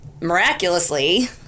miraculously